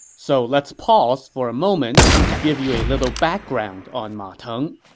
so let's pause for a moment and give you a little background on ma teng.